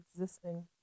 existing